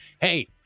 Hey